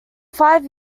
five